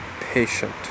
patient